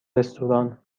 رستوران